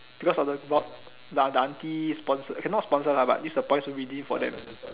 because of the the aunt auntie sponsor okay not sponsor lah but use the points to redeem for them